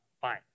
Fine